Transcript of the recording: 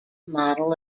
model